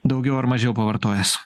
daugiau ar mažiau pavartojęs